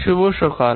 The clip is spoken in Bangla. শুভ বিকাল